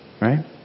Right